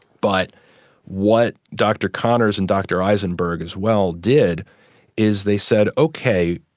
but what dr connors and dr eisenberg as well did is they said okay,